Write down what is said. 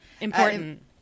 Important